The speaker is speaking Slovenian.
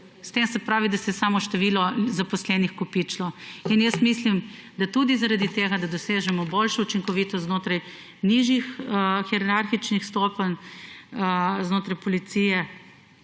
S tem se je samo kopičilo število zaposlenih. Jaz mislim, da tudi zaradi tega da dosežemo boljšo učinkovitost znotraj nižjih hierarhičnih stopenj znotraj policije